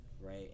Right